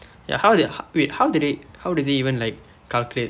ya how did ho~ wait how did they how did they even like calculate